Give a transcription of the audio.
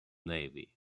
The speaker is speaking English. navy